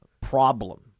problem